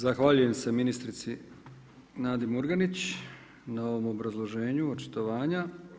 Zahvaljujem se ministrici Nadi Murganić na ovom obrazloženju očitovanja.